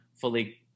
fully